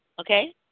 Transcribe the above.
Okay